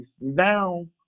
now